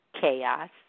Chaos